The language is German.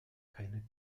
keine